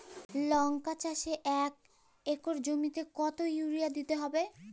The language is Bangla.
লংকা চাষে এক একর জমিতে কতো ইউরিয়া দিতে হবে?